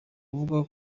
avuga